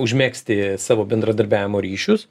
užmegzti savo bendradarbiavimo ryšius